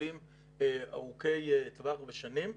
לגידולים ארוכי טווח בשנים.